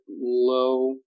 low